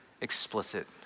explicit